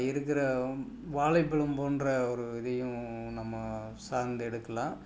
இருக்கிற வாழைப் பழம் போன்ற ஒரு இதையும் நம்ம சார்ந்து எடுக்கலாம்